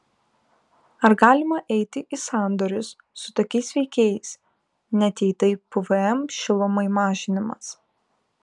ar galima eiti į sandorius su tokiais veikėjais net jei tai pvm šilumai mažinimas